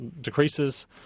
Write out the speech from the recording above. decreases